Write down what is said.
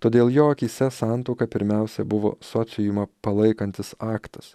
todėl jo akyse santuoka pirmiausia buvo socijumą palaikantis aktas